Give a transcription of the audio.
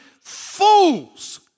fools